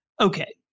okay